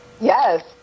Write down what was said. Yes